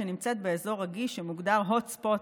שנמצאת באזור רגיש שמוגדר hot spot,